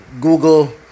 google